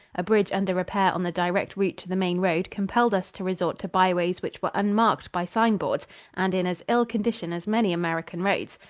a bridge under repair on the direct route to the main road compelled us to resort to byways which were unmarked by signboards and in as ill condition as many american roads.